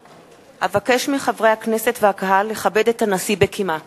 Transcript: אבקש מחברי הכנסת והקהל לכבד את הנשיא בקימה.